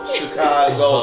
Chicago